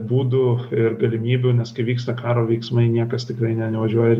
būdų ir galimybių nes kai vyksta karo veiksmai niekas tikrai ne nevažiuoja ir